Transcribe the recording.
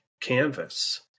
canvas